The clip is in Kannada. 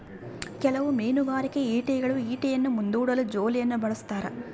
ಕೆಲವು ಮೀನುಗಾರಿಕೆ ಈಟಿಗಳು ಈಟಿಯನ್ನು ಮುಂದೂಡಲು ಜೋಲಿಯನ್ನು ಬಳಸ್ತಾರ